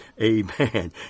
Amen